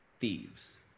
thieves